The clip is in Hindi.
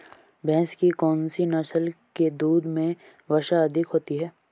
भैंस की कौनसी नस्ल के दूध में वसा अधिक होती है?